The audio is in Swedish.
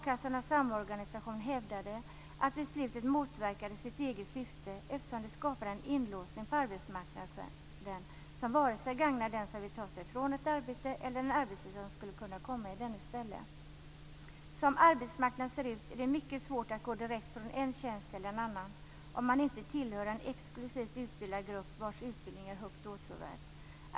A-kassornas samorganisation hävdade att beslutet motverkade sitt eget syfte, eftersom det skapade en inlåsning på arbetsmarknaden, som vare sig gagnar den som vill ta sig ifrån ett arbete eller den arbetslöse som skulle kunna komma i dennes ställe. Som arbetsmarknaden ser ut är det mycket svårt att gå direkt från en tjänst till en annan om man inte tillhör en exklusivt utbildad grupp, vars utbildning är högt åtråvärd.